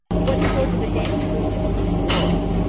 what sort of a dance is it why,